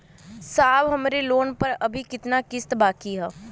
साहब हमरे लोन पर अभी कितना किस्त बाकी ह?